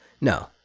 No